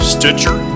Stitcher